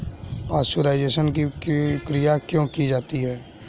Pasteurisation की क्रिया क्यों की जाती है?